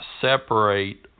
separate